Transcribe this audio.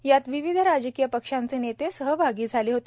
यात विविध राजकीय पक्षांचे नेते सहभागी झाले होते